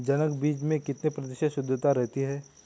जनक बीज में कितने प्रतिशत शुद्धता रहती है?